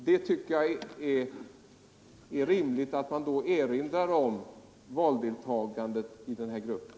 Jag tycker det är rimligt att man då erinrar om valdeltagandet i den här gruppen.